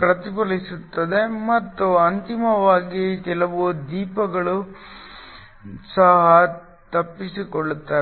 ಪ್ರತಿಫಲಿಸುತ್ತದೆ ಮತ್ತು ಅಂತಿಮವಾಗಿ ಕೆಲವು ದೀಪಗಳು ಸಹ ತಪ್ಪಿಸಿಕೊಳ್ಳುತ್ತವೆ